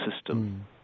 system